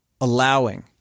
allowing